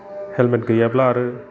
helmet गैयाब्ला आरो